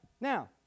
now